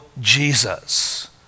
Jesus